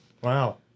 Wow